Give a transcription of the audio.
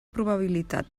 probabilitat